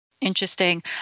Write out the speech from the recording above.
Interesting